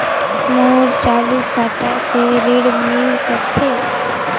मोर चालू खाता से ऋण मिल सकथे?